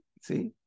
see